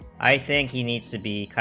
i think he needs to be,